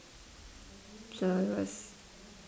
so it was